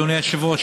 אדוני היושב-ראש,